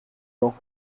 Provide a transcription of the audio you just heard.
gens